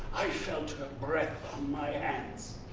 i felt her breath on my hands.